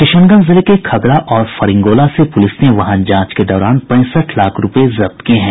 किशनगंज जिले के खगड़ा और फरिंगोला से पुलिस ने वाहन जांच के दौरान पैंसठ लाख रूपये जब्त किये हैं